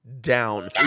Down